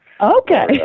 Okay